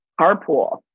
carpool